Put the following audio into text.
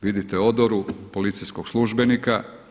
Vidite odoru, policijskog službenika.